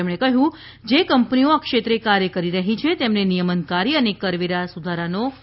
તેમણે કહ્યું જે કંપનીઓ આ ક્ષેત્રે કાર્ય કરી રહી છે તેમને નિયમનકારી અને કરવેરા સુધારાનો લાભ મળશે